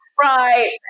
right